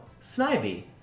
Snivy